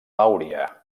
àuria